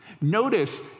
Notice